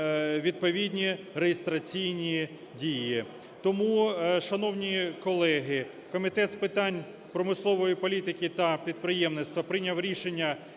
відповідні реєстраційні дії. Тому, шановні колеги, Комітет з питань промислової та підприємництва прийняв рішення